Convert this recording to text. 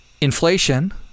inflation